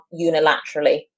unilaterally